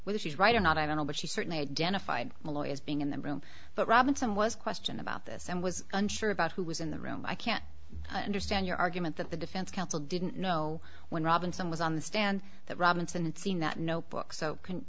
she's right or not i don't know but she certainly identified malloy as being in the room but robinson was questioned about this and was unsure about who was in the room i can't understand your argument that the defense counsel didn't know when robinson was on the stand that robinson seen that notebook so